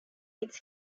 its